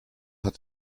hat